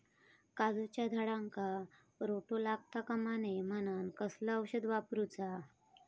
काजूच्या झाडांका रोटो लागता कमा नये म्हनान कसला औषध वापरूचा?